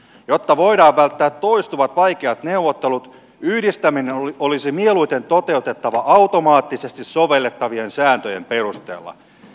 jotta voidaan välttää toistuvat vaikeat neuvottelut yhdistäminen olisi mieluiten toteutettava automaattisesti sovellettavien sääntöjen perusteella